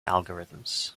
algorithms